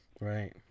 Right